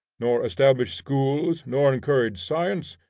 nor establish schools, nor encourage science,